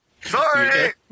Sorry